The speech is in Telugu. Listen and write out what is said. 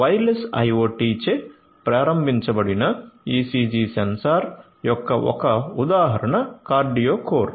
వైర్లెస్ IOT చే ప్రారంభించబడిన ECG సెన్సార్ యొక్క ఒక ఉదాహరణ కార్డియోకోర్